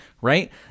right